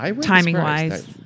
Timing-wise